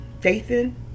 Dathan